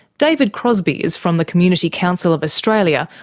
david crosbie is from the community council of australia,